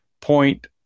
point